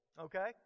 Okay